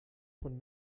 von